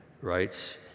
writes